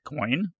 Bitcoin